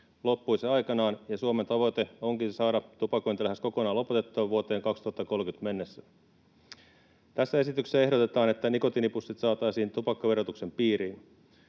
loppuisi aikanaan, ja Suomen tavoite onkin saada tupakointi lähes kokonaan lopetettua vuoteen 2030 mennessä. Tässä esityksessä ehdotetaan, että nikotiinipussit saataisiin tupakkaverotuksen piiriin.